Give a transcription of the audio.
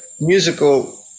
musical